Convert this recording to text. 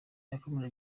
yakomeje